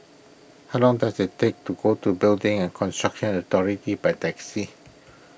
how long does it take to go to Building and Construction Authority by taxi